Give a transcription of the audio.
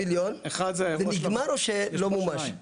זה נגמר, או שלא מומש?